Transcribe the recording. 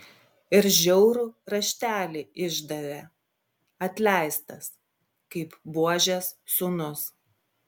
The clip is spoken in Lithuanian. ir žiaurų raštelį išdavė atleistas kaip buožės sūnus